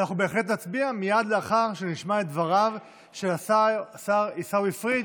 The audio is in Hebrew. ואנחנו בהחלט נצביע מייד לאחר שנשמע את דבריו של השר עיסאווי פריג',